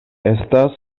estas